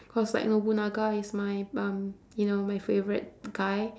cause like nobunaga is my um you know my favourite guy